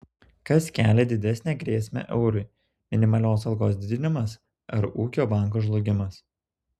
kas kelia didesnę grėsmę eurui minimalios algos didinimas ar ūkio banko žlugimas